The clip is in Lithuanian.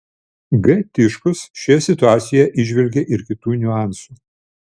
g tiškus šioje situacijoje įžvelgė ir kitų niuansų